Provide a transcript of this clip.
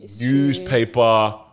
newspaper